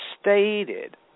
stated